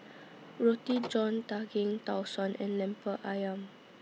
Roti John Daging Tau Suan and Lemper Ayam